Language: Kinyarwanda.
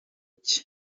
cye